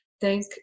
thank